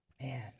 Man